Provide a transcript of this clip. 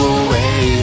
away